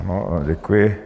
Ano, děkuji.